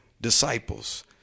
disciples